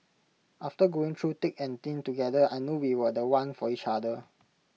after going through thick and thin together I knew we were The One for each other